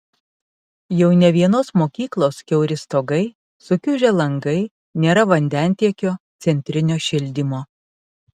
jau ne vienos mokyklos kiauri stogai sukiužę langai nėra vandentiekio centrinio šildymo